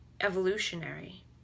evolutionary